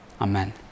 Amen